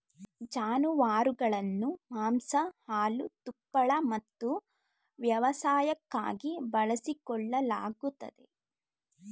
ಜಾನುವಾರುಗಳನ್ನು ಮಾಂಸ ಹಾಲು ತುಪ್ಪಳ ಮತ್ತು ವ್ಯವಸಾಯಕ್ಕಾಗಿ ಬಳಸಿಕೊಳ್ಳಲಾಗುತ್ತದೆ